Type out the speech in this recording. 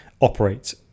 operate